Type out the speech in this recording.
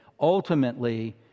ultimately